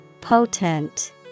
Potent